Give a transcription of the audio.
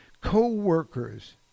co-workers